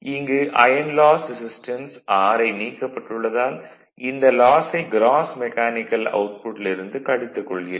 இங்கு iron loss resistance Ri நீக்கப்பட்டுள்ளதால் இந்த லாஸை க்ராஸ் மெக்கானிக்கல் அவுட்புட்டில் இருந்து கழித்துக் கொள்கிறோம்